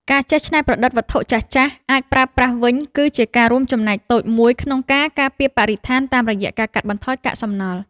ការចេះច្នៃប្រឌិតវត្ថុចាស់ៗមកប្រើប្រាស់វិញ គឺជាការរួមចំណែកតូចមួយក្នុងការការពារបរិស្ថានតាមរយៈការកាត់បន្ថយកាកសំណល់។